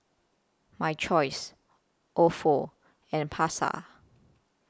My Choice Ofo and Pasar